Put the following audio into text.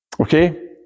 Okay